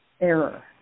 error